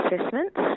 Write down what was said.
assessments